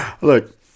Look